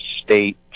state